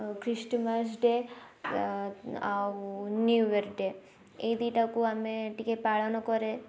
Christmas day ଆଉ new year day ଏହି ଦୁଇଟାକୁ ଆମେ ଟିକେ ପାଳନ କରେ